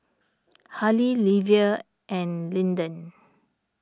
Hali Livia and Lyndon